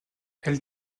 elle